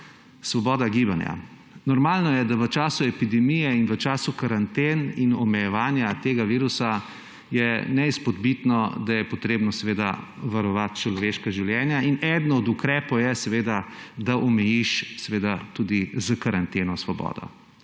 svoboda gibanja. Normalno je, v času epidemije in v času karanten in omejevanja tega virusa je neizpodbitno, da je potrebno varovati človeška življenja, in eden od ukrepov je, da omejiš seveda tudi s karanteno svobodo.